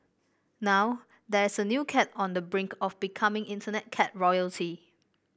now there is a new cat on the brink of becoming Internet cat royalty